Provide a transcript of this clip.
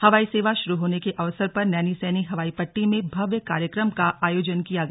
हवाई सेवा शुरू होने के अवसर पर नैनीसैनी हवाई पट्टी में भव्य कार्यक्रम का आयोजन किया गया